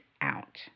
out